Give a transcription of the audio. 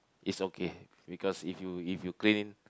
it's okay because if you if you clean